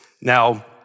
Now